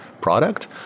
product